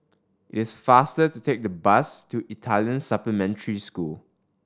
it's faster to take the bus to Italian Supplementary School